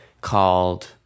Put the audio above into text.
called